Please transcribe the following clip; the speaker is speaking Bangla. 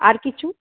আর কিছু